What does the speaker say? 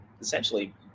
essentially